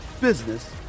business